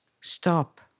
Stop